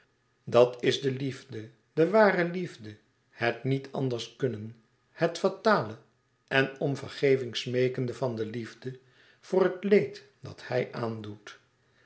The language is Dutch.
dat is de liefde de ware liefde het niet anders kunnen het fatale en om vergeving smeekende van de liefde voor het leed dat hij aandoet